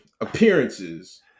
appearances